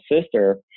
sister